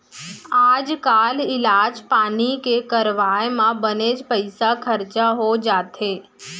आजकाल इलाज पानी के करवाय म बनेच पइसा खरचा हो जाथे